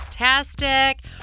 Fantastic